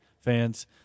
fans